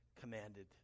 commanded